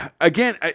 Again